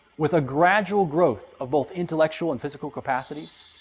with a gradual growth of both intellectual and physical capacities?